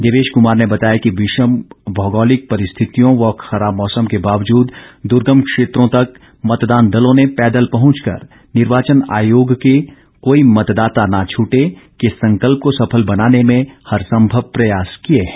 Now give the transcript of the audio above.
देवेश कुमार ने बताया कि विषम भौगोलिक परिस्थितियों व खराब मौसम के बावजूद दुर्गम क्षेत्रों तक मतदान दलों ने पैदल पहुंचकर निर्वाचन आयोग के कोई मतदाता न छूटे के संकल्प को सफल बनाने में हर सम्भव प्रयास किए हैं